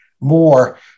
more